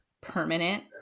permanent